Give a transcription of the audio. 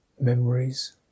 memories